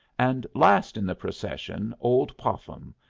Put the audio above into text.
and last in the procession, old popham,